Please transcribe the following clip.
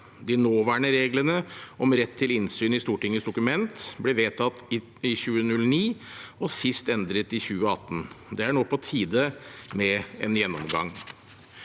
De nåværende reglene om rett til innsyn i Stortingets dokumenter ble vedtatt i 2009 og sist endret i 2018. Det er nå på tide med en gjennomgang.